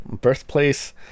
birthplace